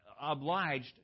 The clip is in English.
obliged